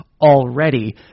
already